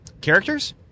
characters